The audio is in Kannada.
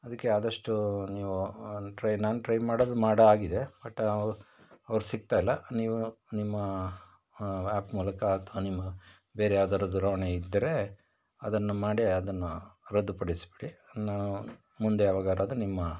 ಅದಕ್ಕೆ ಆದಷ್ಟು ನೀವು ಟ್ರೈ ನಾನು ಟ್ರೈ ಮಾಡೋದು ಮಾಡಾಗಿದೆ ಬಟ್ ಅವ್ರು ಸಿಗ್ತಾಯಿಲ್ಲ ನೀವು ನಿಮ್ಮ ಆ್ಯಪ್ ಮೂಲಕ ಅಥವಾ ನಿಮ್ಮ ಬೇರೆ ಯಾವದಾದ್ರೂ ದೂರವಾಣಿ ಇದ್ದರೆ ಅದನ್ನು ಮಾಡಿ ಅದನ್ನು ರದ್ದು ಪಡಿಸಿಬಿಡಿ ಮುಂದೆ ಯಾವಗಾದರೂ ನಿಮ್ಮ